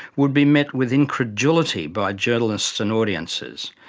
would be met with incredulity by journalists and audiences.